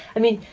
i mean,